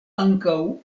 ankaŭ